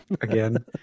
again